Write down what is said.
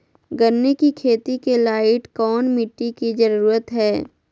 गन्ने की खेती के लाइट कौन मिट्टी की जरूरत है?